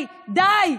די,